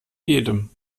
jedem